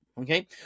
Okay